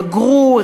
בגרו,